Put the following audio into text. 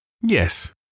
Yes